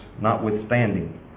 notwithstanding